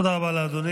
תודה רבה לאדוני.